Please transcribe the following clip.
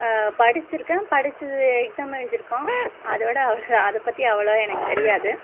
படிச்சிருக்கேன் படிச்சது எக்ஸாம் எழுதிருக்கோம் அதை விட அவ்வளோ தான் அதை பற்றி அவ்வளோவா எனக்கு தெரியாது